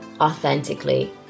authentically